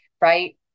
right